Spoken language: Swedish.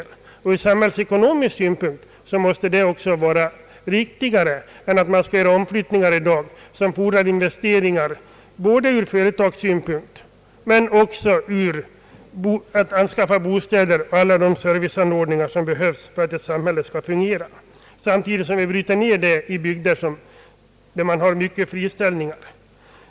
Detta måste också ur samhällsekonomisk synpunkt vara riktigare än att göra befolkningsomflyttningar, som fordrar investeringar av företag men också av kommuner för att anskaffa de bostäder och serviceanordningar som behövs för att ett samhälle skall fungera — samtidigt som man genom sådana omflyttningar bryter ned de bygder som drabbas av friställningar.